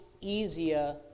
easier